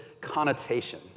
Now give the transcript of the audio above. connotation